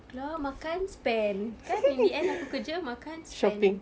keluar makan spend kan in the end aku kerja makan spend